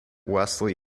wesley